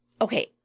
Okay